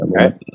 Okay